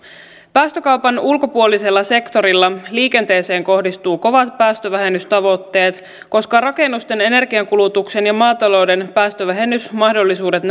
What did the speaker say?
päästökaupan ulkopuolisella sektorilla liikenteeseen kohdistuu kovat päästövähennystavoitteet koska rakennusten energiankulutuksen ja maatalouden päästövähennysmahdollisuudet